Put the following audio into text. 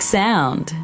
sound